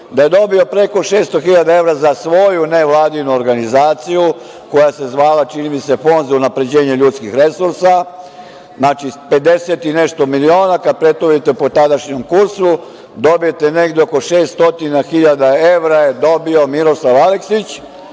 da je dobio preko 600 hiljada evra za svoju nevladinu organizaciju koja se zvala, čini mi se, Fond za unapređenje ljudskih resursa. Znači, 50 i nešto miliona, kad pretvorite po tadašnjem kursu, dobijete negde oko 600 hiljada evra je dobio Miroslav Aleksić